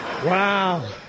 Wow